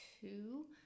two